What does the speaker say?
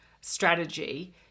strategy